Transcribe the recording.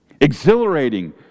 exhilarating